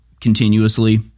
continuously